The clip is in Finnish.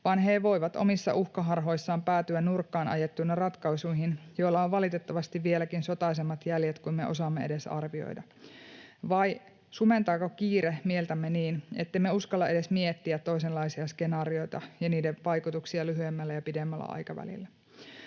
vaan he voivat omissa uhkaharhoissaan päätyä nurkkaan ajettuna ratkaisuihin, joilla on valitettavasti vieläkin sotaisammat jäljet kuin me osaamme edes arvioida? Vai sumentaako kiire mieltämme niin, ettemme uskalla edes miettiä toisenlaisia skenaariota ja niiden vaikutuksia lyhyemmällä ja pidemmällä aikavälillä?